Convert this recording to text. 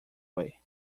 way